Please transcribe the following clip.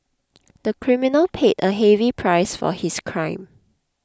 the criminal paid a heavy price for his crime